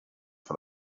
for